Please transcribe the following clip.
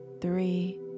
three